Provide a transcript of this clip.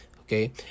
okay